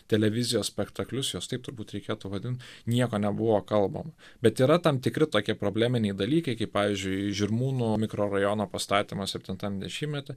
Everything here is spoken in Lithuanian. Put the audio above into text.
televizijos spektaklius jos taip turbūt reikėtų vadint nieko nebuvo kalbama bet yra tam tikri tokie probleminiai dalykai kaip pavyzdžiui žirmūnų mikrorajono pastatymas septintam dešimtmety